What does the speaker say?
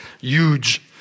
Huge